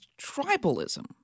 tribalism